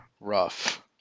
rough